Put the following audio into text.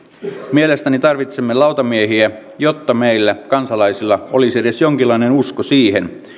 mielestäni tarvitsemme lautamiehiä jotta meillä kansalaisilla olisi edes jonkinlainen usko siihen